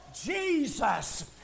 Jesus